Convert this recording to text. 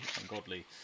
ungodly